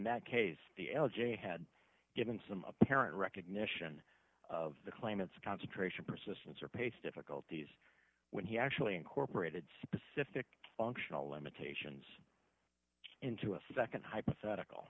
that case the l g a had given some apparent recognition of the claimant's concentration persistence or pace difficulties when he actually incorporated specific functional limitations into a nd hypothetical